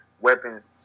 weapons